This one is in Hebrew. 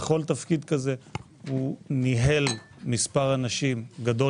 בכל תפקיד כזה הוא ניהל מספר אנשים גדול